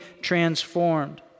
transformed